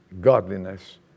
godliness